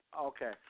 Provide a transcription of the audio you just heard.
Okay